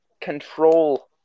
control